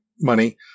money